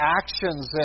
actions